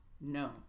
No